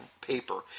paper